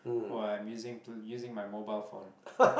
or I'm using to using my mobile phone